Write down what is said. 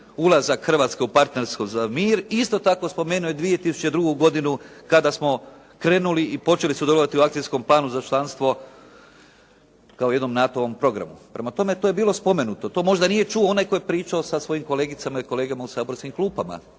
ulazak Hrvatske u Partnerstvo za mir. Isto tako spomenuo je 2002. godinu kada smo krenuli i počeli sudjelovati u akcijskom planu za članstvo kao jednom NATO-vom programu. Prema tome, to je bilo spomenuto. To možda nije čuo onaj koji je pričao sa svojim kolegicama i kolegama u saborskim klupama,